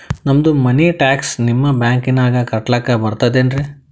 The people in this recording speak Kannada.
ನಮ್ದು ಮನಿ ಟ್ಯಾಕ್ಸ ನಿಮ್ಮ ಬ್ಯಾಂಕಿನಾಗ ಕಟ್ಲಾಕ ಬರ್ತದೇನ್ರಿ?